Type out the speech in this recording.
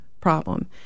problem